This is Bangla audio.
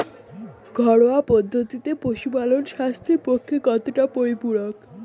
ঘরোয়া পদ্ধতিতে পশুপালন স্বাস্থ্যের পক্ষে কতটা পরিপূরক?